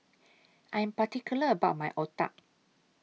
I Am particular about My Otah